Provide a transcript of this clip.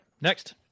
Next